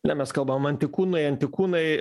ne mes kalbam antikūnai antikūnai